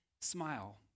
smile